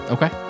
Okay